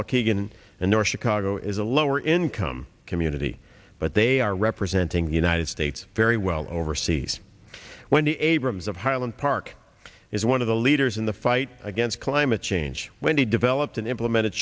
waukegan and there chicago is a lower income community but they are representing the united states very well overseas when the abrams of highland park is one of the leaders in the fight against climate change when he developed and implemented